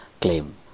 claim